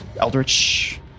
eldritch